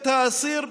את האסיר,